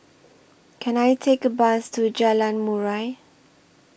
Can I Take A Bus to Jalan Murai